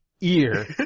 ear